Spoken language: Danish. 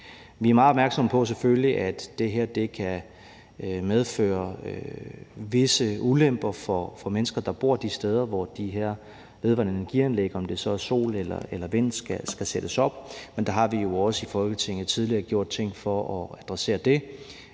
meget opmærksomme på, at det her kan medføre visse ulemper for mennesker, der bor de steder, hvor de her vedvarende energi-anlæg – om det så er sol- eller vindenergi – skal sættes op, men der har vi jo også tidligere i Folketinget gjort ting for at adressere det